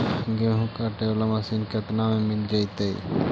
गेहूं काटे बाला मशीन केतना में मिल जइतै?